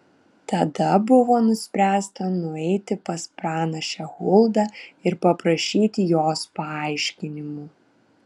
tada buvo nuspręsta nueiti pas pranašę huldą ir paprašyti jos paaiškinimų